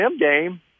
game